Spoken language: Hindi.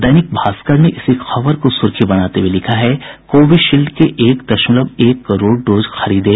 दैनिक भास्कर ने इसी खबर को सुर्खी बनाते हुए लिखा है कोविशील्ड के एक दशमलव एक करोड़ डोज खरीदे